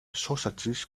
sausages